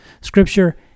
Scripture